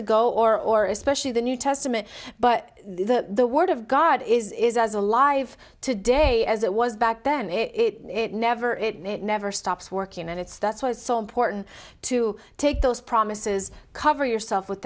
ago or or especially the new testament but the word of god is as alive today as it was back then it never it never stops working and it's that's why it's so important to take those promises cover yourself with